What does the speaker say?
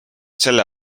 selle